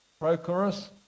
Prochorus